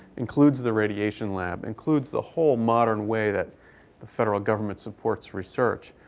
includes the radiation lab, includes the whole modern way that the federal government supports research,